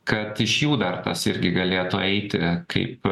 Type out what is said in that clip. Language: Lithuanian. kad iš jų dar kas irgi galėtų eiti kaip